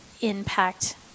impact